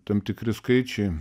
tam tikri skaičiai